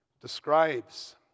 describes